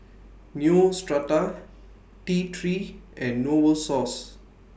Neostrata T three and Novosource